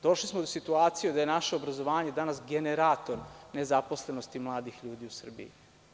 Došli smo u situaciju da je naše obrazovanje danas generator nezaposlenosti mladih ljudi u Srbiji.